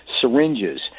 syringes